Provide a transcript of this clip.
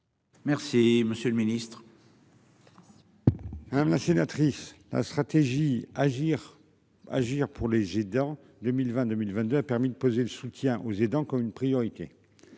Merci, monsieur le Ministre. La sénatrice la stratégie agir, agir pour les en 2022 1022 a permis de poser le soutien aux aidants comme une priorité.